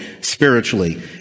spiritually